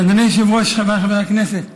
אדוני היושב-ראש, חבריי חברי הכנסת,